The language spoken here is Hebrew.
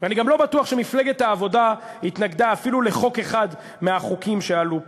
אני גם לא בטוח שמפלגת העבודה התנגדה אפילו לחוק אחד מהחוקים שעלו פה.